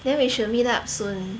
then we should meet up soon